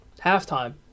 halftime